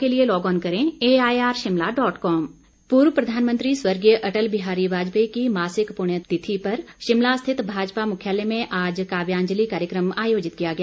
काव्यां जलि पूर्व प्रधानमंत्री स्वर्गीय अटल बिहारी वाजपेयी की मासिक पुण्यतिथि पर शिमला स्थित भाजपा मुख्यालय में आज काव्यांजलि कार्यक्रम आयोजित किया गया